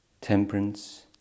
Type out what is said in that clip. Temperance